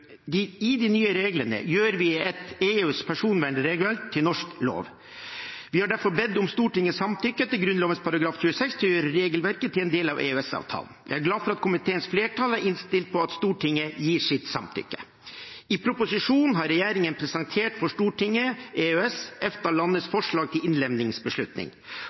vi EUs personvernregelverk til norsk lov. Vi har derfor bedt om Stortingets samtykke etter Grunnloven § 26 til å gjøre regelverket til en del av EØS-avtalen. Jeg er glad for at komiteens flertall er innstilt på at Stortinget gir sitt samtykke. I proposisjonen har regjeringen presentert for Stortinget EØS/EFTA-landenes forslag til innlemmingsbeslutning.